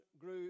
grew